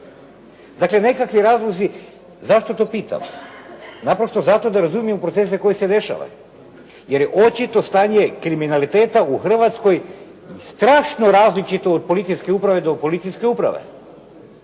Dakle nekakvi razlozi. Zašto to pitam? Naprosto zato da razumijem procese koji se dešava, jer je očito stanje kriminaliteta u Hrvatskoj strašno različit od policijske uprave do policijske uprave.